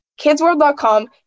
KidsWorld.com